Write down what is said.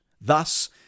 thus